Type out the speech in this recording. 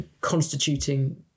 constituting